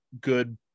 good